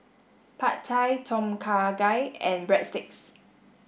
Pad Thai Tom Kha Gai and Breadsticks